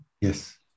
yes